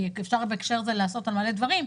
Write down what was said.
כי אפשר בהקשר הזה לעשות על מלא דברים,